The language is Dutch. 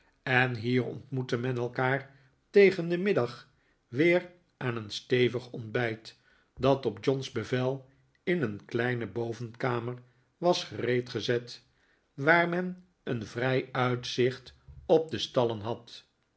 en hier ontmoette men elkaar tegen den middag weer aan een stevig ontbijt dat op john's bevel in een kleine bovenkamer was gere ed gezet waar men een vrij uitzicht op de stallen had